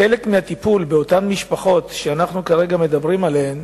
חלק מהטיפול באותן משפחות שאנחנו כרגע מדברים עליהן